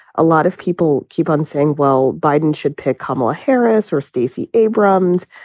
a lot of people keep on saying, well, biden should pick kamala harris or stacey abrams.